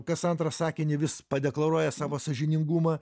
kas antrą sakinį vis padeklaruoja savo sąžiningumą